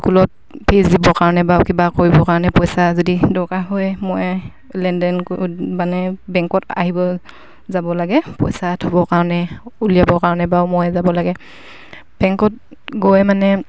স্কুলত ফিজ দিবৰ কাৰণে বা কিবা কৰিবৰ কাৰণে পইচা যদি দৰকাৰ হয় মই লেনদেন মানে বেংকত আহিব যাব লাগে পইচা থ'বৰ কাৰণে উলিয়াবৰ কাৰণে বাৰু ময়ে যাব লাগে বেংকত গৈ মানে